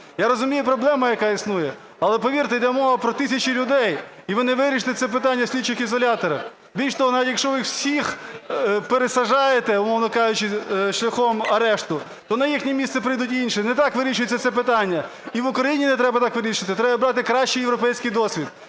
Я розумію проблему, яка існує. Але повірте, іде мова про тисячі людей і ви не вирішите це питання в слідчих ізоляторах. Більше того, навіть якщо ви всіх пересаджаєте, умовно кажучи, шляхом арешту, то на їхнє місце прийдуть інші. Не так вирішується це питання. І в Україні не треба так вирішувати, треба брати кращий європейський досвід.